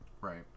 Right